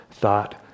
thought